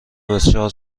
بسیار